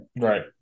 right